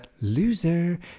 loser